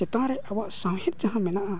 ᱪᱮᱛᱟᱱᱨᱮ ᱟᱵᱚᱣᱟᱜ ᱥᱟᱶᱦᱮᱫ ᱡᱟᱦᱟᱸ ᱢᱮᱱᱟᱜᱼᱟ